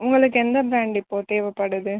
உங்களுக்கு எந்த பிராண்ட் இப்போ தேவைப்படுது